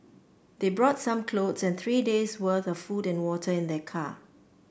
they brought some clothes and three days' worth of food and water in their car